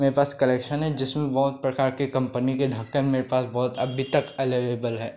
मेरे पास कलेक्शन है जिसमें बहुत प्रकार के कम्पनी के ढक्कन मेरे पास बहुत अभी तक अलेलेबल है